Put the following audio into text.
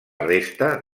resta